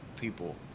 people